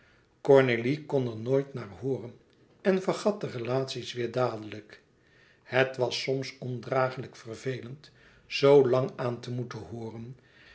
cornélie kon er nooit naar hooren en vergat de relaties weêr dadelijk het was soms ondragelijk vervelend zoo lang aan te moeten hooren